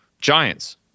giants